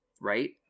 right